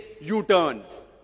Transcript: u-turns